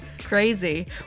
Crazy